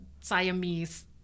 Siamese